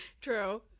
True